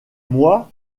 moi